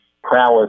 prowess